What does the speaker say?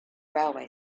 railway